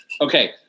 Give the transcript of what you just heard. okay